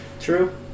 True